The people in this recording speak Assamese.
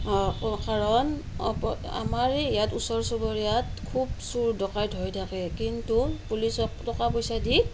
কাৰণ আমাৰে ইয়াত ওচৰ চুবুৰীয়াত খুব চোৰ ডকাইত হৈ থাকে কিন্তু পুলিচক টকা পইচা দি